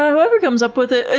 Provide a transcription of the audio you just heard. ah whoever comes up with it. ah